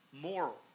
moral